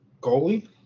Goalie